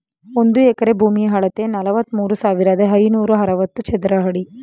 ಒಂದು ಎಕರೆ ಭೂಮಿಯ ಅಳತೆ ನಲವತ್ಮೂರು ಸಾವಿರದ ಐನೂರ ಅರವತ್ತು ಚದರ ಅಡಿ